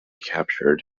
captured